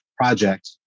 project